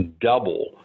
double